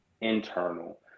internal